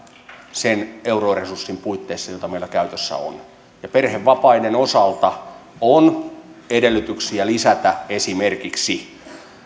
sen euroresurssin puitteissa joka meillä käytössä on perhevapaiden osalta on edellytyksiä lisätä esimerkiksi